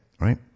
right